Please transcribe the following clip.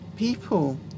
people